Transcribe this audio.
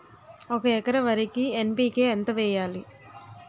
ఒక ఎకర వరికి ఎన్.పి.కే ఎంత వేయాలి?